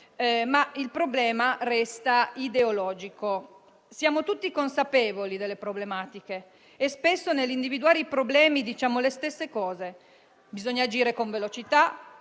ma il problema resta ideologico. Siamo tutti consapevoli delle problematiche e spesso nell'individuarle diciamo le stesse cose: bisogna agire con velocità;